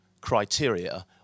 criteria